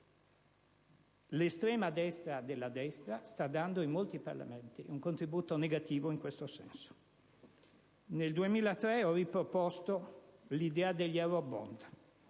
L'estrema destra della destra sta dando in molti Parlamenti un contributo negativo in questo senso. Nel 2003 ho riproposto l'idea degli eurobond.